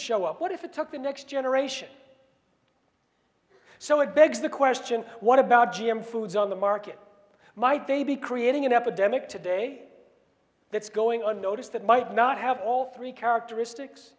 show up what if it took the next generation so it begs the question what about g m foods on the market might they be creating an epidemic today that's going on notice that might not have all three characteristics